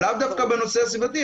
לאו דווקא בנושא הסביבתי,